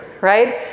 right